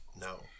No